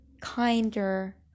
kinder